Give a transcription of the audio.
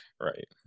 Right